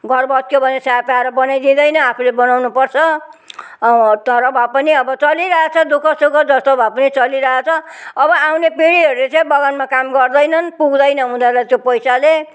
घर भत्कियो भने साहेब आएर बनाइदिँदैन आफूले बनाउनुपर्छ अब तर भए पनि अब चलिरहेको छ दुखसुख जस्तो भए पनि चलिरहेको छ अब आउने पिढीहरूले चाहिँ बगानमा काम गर्दैनन् पुग्दैन उनीहरूलाई त्यो पैसाले